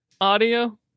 audio